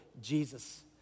Jesus